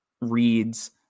reads